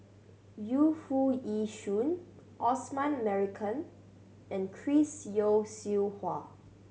Yu Foo Yee Shoon Osman Merican and Chris Yeo Siew Hua